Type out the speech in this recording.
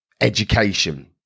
education